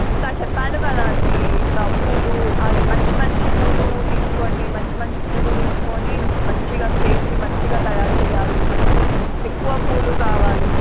ఇంకా చెప్పాను కదా అండి ఇలా పూలు మంచి మంచి పూలు తీసుకోండి మంచి మంచి పూలు తీసుకొని మంచిగా స్టేజ్ని మంచిగా తయారు చేయాలి ఎక్కువ పూలు కావాలి